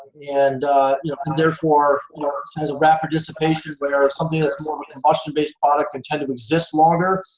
and therefore has a rapid dissipation, whereas something that's more of a combustion-based product would tend to exist longer,